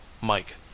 Mike